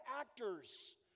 actors